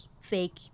fake